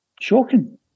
shocking